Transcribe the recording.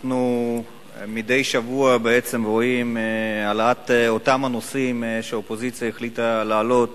מדי שבוע אנחנו רואים העלאת אותם הנושאים שהאופוזיציה החליטה להעלות